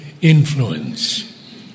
influence